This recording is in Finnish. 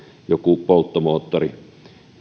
joku polttomoottori